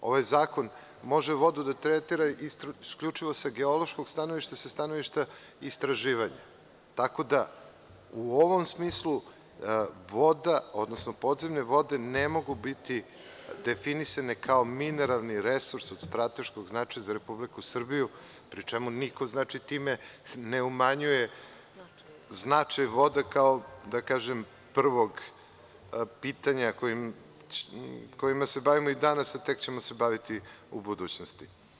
Ovaj zakon može vodu da tretira isključivo sa geološkog stanovišta i sa stanovišta istraživanja, tako da u ovom smislu voda, odnosno podzemne vode ne mogu biti definisane kao mineralni resurs od strateškog značaja za Republiku Srbiju, pri čemu niko time ne umanjuje značaj voda, kao prvog pitanja kojim se bavimo danas, a tek ćemo se baviti u budućnosti.